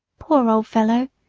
poor old fellow!